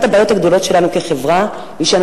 אחת הבעיות הגדולות שלנו כחברה היא שאנו